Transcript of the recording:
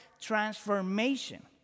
transformation